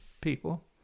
people